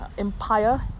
empire